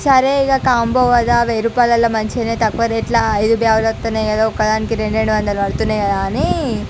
సరే ఇక కాంబో కదా వేయి రూపాయలలో మంచిగా తక్కువ రేటులో ఐదు బ్యాగులు వస్తునాయి కదా అని ఒకదానికి రెండు రెండు వందలు పడుతున్నాయి కదా అని